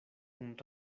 kun